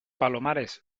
palomares